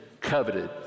coveted